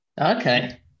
okay